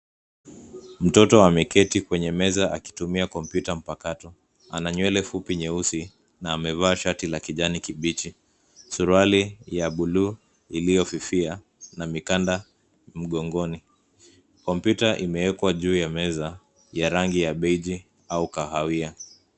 Mtoto ameketi kwenye meza akitumia kompyuta mpakato. Ana nywele fupi nyeusi na amevaa shati ya kijani kibichi. Suruali ya bluu iliyofifia na mikanda mgongoni. Kompyuta imewekwa juu ya meza ya rangi ya beige au kahawia.